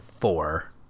four